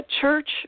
church